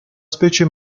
specie